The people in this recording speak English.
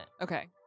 Okay